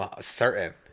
certain